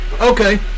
Okay